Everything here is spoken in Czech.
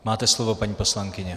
Máte slovo, paní poslankyně.